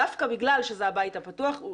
דווקא בגלל שזה הבית הפתוח.